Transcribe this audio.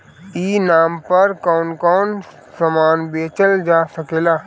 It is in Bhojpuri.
ई नाम पर कौन कौन समान बेचल जा सकेला?